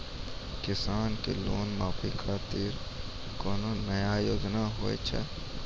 किसान के लोन माफी खातिर कोनो नया योजना होत हाव?